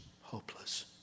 hopeless